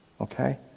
Okay